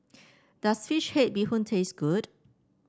does fish head Bee Hoon taste good